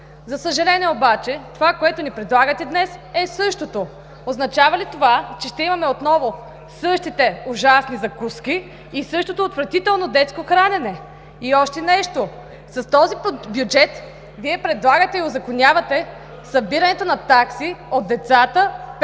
За съжаление, това, което ни предлагате днес, е същото. Означава ли това, че ще имаме отново същите ужасни закуски и същото отвратително детско хранене? И още нещо. С този бюджет Вие предлагате и узаконявате събирането на такси от децата,